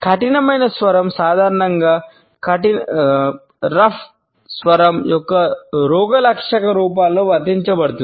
కఠినమైన స్వరం యొక్క రోగలక్షణ రూపాలకు వర్తించబడుతుంది